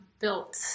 built